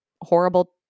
horrible